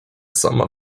sama